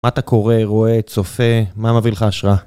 מה אתה קורא, רואה, צופה? מה מביא לך השראה?